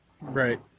Right